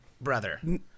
brother